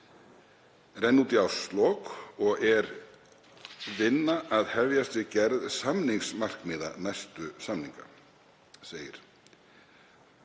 renna út í árslok og er vinna að hefjast við gerð samningsmarkmiða næstu samninga. Til